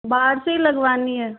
बाहर से ही लगवानी है